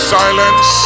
silence